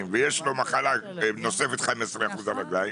ויש לו מחלה נוספת על 15 אחוזי הרגליים,